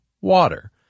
water